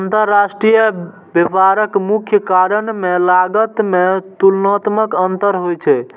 अंतरराष्ट्रीय व्यापारक मुख्य कारण मे लागत मे तुलनात्मक अंतर होइ छै